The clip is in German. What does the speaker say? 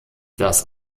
das